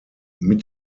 mit